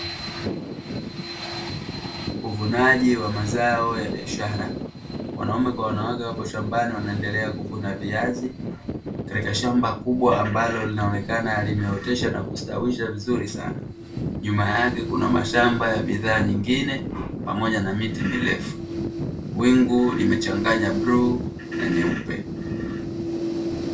Uvunaji wa mazao ya biashara, wanaume kwa wanawake wapo shambani wanaendelea kuvuna viazi katika shamba kubwa ambalo linaonekana limeotesha na kustawisha vizuri sana. Nyuma yake kuna mashamba ya bidhaa nyingine pamoja na miti mirefu. Wingu limechanganya bluu na nyeupe.